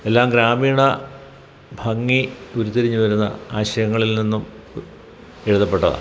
എല്ലാം ഗ്രാമീണ ഭംഗി ഉരുത്തിരിഞ്ഞ് വരുന്ന ആശയങ്ങളിൽ നിന്നും എഴുതപ്പെട്ടതാണ്